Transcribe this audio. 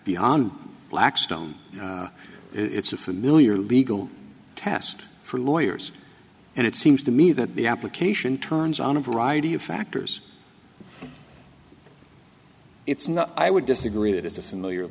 beyond blackstone it's a familiar legal task for lawyers and it seems to me that the application turns on a variety of factors it's not i would disagree that it's a familiar